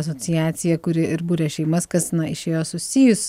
asociaciją kuri ir buria šeimas kas na išėjo susijusus